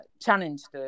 challenged